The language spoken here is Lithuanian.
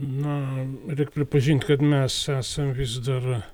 na reik pripažint kad mes esam vis dar